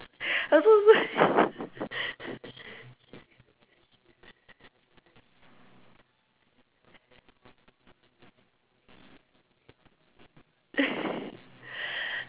ah so so